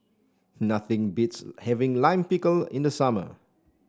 nothing beats having Lime Pickle in the summer